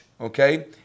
okay